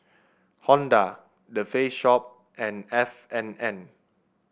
Honda The Face Shop and F and N